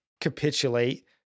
capitulate